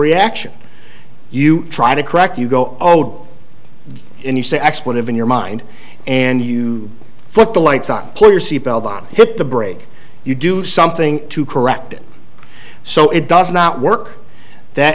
reaction you try to correct you go oh you say expletive in your mind and you put the lights on your seatbelt on hit the brake you do something to correct it so it does not work that